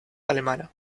alemana